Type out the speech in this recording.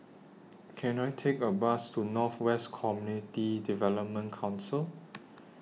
Can I Take A Bus to North West Community Development Council